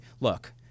look